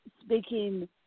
speaking